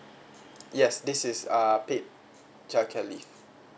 yes this is uh paid child care leave